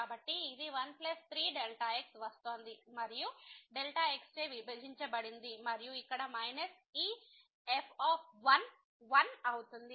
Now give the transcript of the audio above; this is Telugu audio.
కాబట్టి ఇది 13 x వస్తోంది మరియు x చే విభజించబడింది మరియు ఇక్కడ మైనస్ ఈ f 1 అవుతుంది